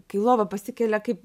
kai lova pasikelia kaip